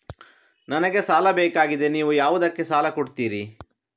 ನನಗೆ ಸಾಲ ಬೇಕಾಗಿದೆ, ನೀವು ಯಾವುದಕ್ಕೆ ಸಾಲ ಕೊಡ್ತೀರಿ?